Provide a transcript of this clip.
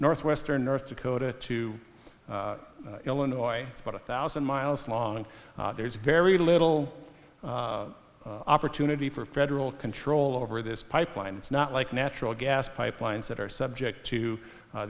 north western north dakota to illinois it's about a thousand miles long and there's very little opportunity for federal control over this pipeline it's not like natural gas pipelines that are subject to